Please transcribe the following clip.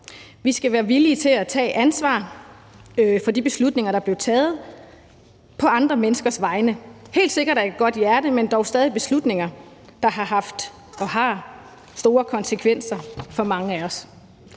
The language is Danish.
Vi skal være villige til at tage ansvar for de beslutninger, der blev taget på andre menneskers vegne, helt sikkert af et godt hjerte, men dog stadig beslutninger, der har haft og har store konsekvenser for mange af os.